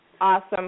Awesome